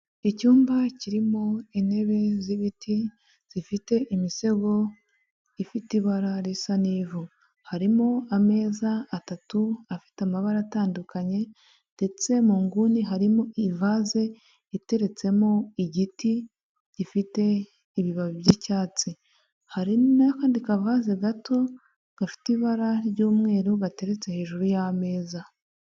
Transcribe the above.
Icyumba kirimo intebe z'ibiti zifite imisego ifite ibara risa n'ivu, harimo ameza atatu afite amabara atandukanye, ndetse mu nguni harimo ivaze iteretsemo igiti gifite ibibabi by'icyatsi, hari n'akandi kavaze gato gafite ibara ry'umweru gateretse hejuru y'ameza.